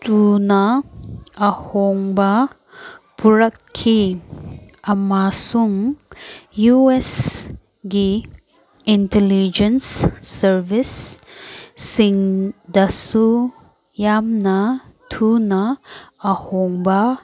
ꯊꯨꯅ ꯑꯍꯣꯡꯕ ꯄꯨꯔꯛꯈꯤ ꯑꯃꯁꯨꯡ ꯌꯨ ꯑꯦꯁꯒꯤ ꯏꯟꯇꯂꯤꯖꯦꯟ ꯁꯥꯔꯕꯤꯁ ꯁꯤꯡꯗꯁꯨ ꯌꯥꯝꯅ ꯊꯨꯅ ꯑꯍꯣꯡꯕ